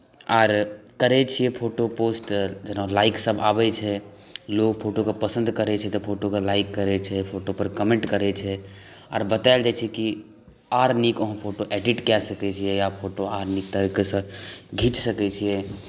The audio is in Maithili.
आर करैत छियै फोटो पोस्ट जेना लाइकसभ आबैत छै लोक फोटोके पसन्द करैत छै तऽ फोटोके लाइक करैत छै फोटोपर कमेन्ट करैत छै आर बताएल जाइत छै जे आर नीक अहाँ फोटो एडिट कए सकैत छियै या फोटो आर तरीकासँ घीच सकैत छियै